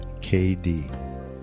kd